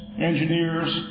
engineers